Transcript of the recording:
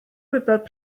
gwybod